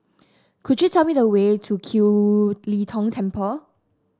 could you tell me the way to Kiew Lee Tong Temple